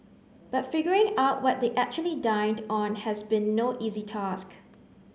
but figuring out what they actually dined on has been no easy task